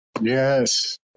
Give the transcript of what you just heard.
Yes